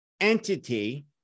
entity